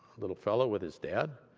little fellow with his dad.